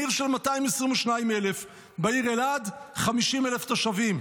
מעיר של 222,000. בעיר אלעד, 50,000 תושבים.